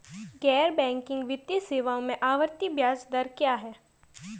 गैर बैंकिंग वित्तीय सेवाओं में आवर्ती ब्याज दर क्या है?